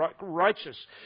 righteous